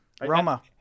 Roma